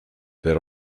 there